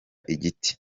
igiti